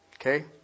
Okay